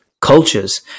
cultures